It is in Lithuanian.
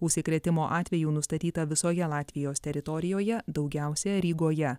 užsikrėtimo atvejų nustatyta visoje latvijos teritorijoje daugiausiai rygoje